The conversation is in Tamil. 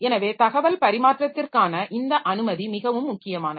எனவே தகவல் பரிமாற்றத்திற்கான இந்த அனுமதி மிகவும் முக்கியமானது